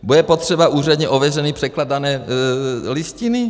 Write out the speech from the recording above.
Bude potřeba úředně ověřený překlad dané listiny?